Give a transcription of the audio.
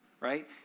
right